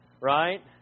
Right